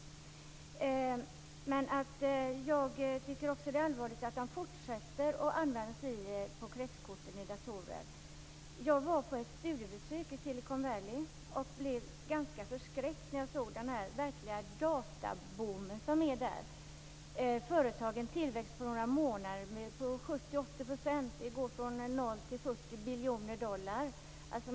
Jag tycker också att de är allvarligt att dessa ämnen fortsätter att användas i kretskort för datorer. När jag var på studiebesök i Silicon Valley blev jag ganska förskräckt över den databoom som råder där. Företagen har på några månader en tillväxt på 70-80 %, från noll till 40 biljoner dollar.